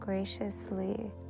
graciously